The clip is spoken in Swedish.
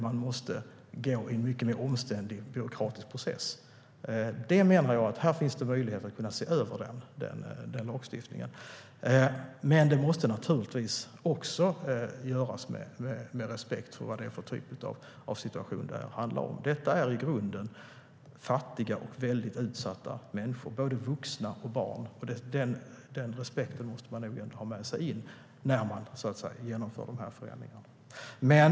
Man måste genomgå en betydligt omständligare byråkratisk process. Jag menar att det finns möjligheter att se över lagstiftningen här. Detta måste göras med respekt för den typ av situation som det handlar om. Det är i grunden fattiga och väldigt utsatta människor, både vuxna och barn. Den respekten måste man ha med sig när man genomför förändringarna.